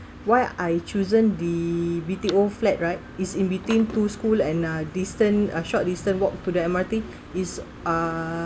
why I chosen the B_T_O flat right it's in between two school and uh distance uh short distance walk to the M_R_T is uh